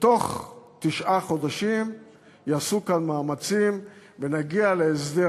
שתוך תשעה חודשים יעשו כאן מאמצים ונגיע להסדר